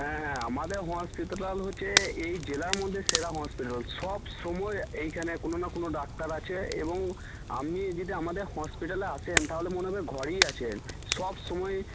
হ্যাঁ হ্যাঁ আমাদের হসপিটাল হচ্ছে এই জেলার মধ্যে সেরা হসপিটাল সব সময় এইখানে কোনো না কোনো ডাক্তার আছে এবং আপনি যদি আমাদের হসপিটালে আসেন তাহলে মনে হবে ঘরেই আছেন সব সময়